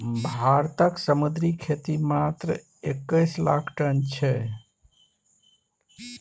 भारतक समुद्री खेती मात्र एक्कैस लाख टन छै